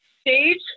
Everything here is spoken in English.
Stage